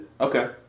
Okay